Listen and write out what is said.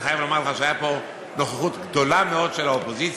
אני חייב לומר לך שהייתה פה נוכחות גדולה מאוד של האופוזיציה,